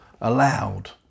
allowed